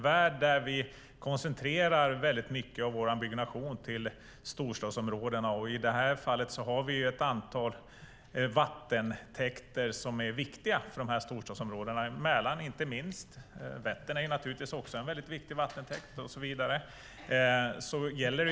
Vi koncentrerar mycket av byggnationen till storstadsområden. Ett antal vattentäkter är viktiga för storstadsområdena. Det gäller Mälaren och Vättern, till exempel.